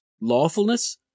lawfulness